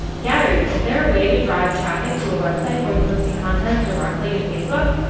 gary, is there a way to drive traffic to a website when posting content directly to facebook?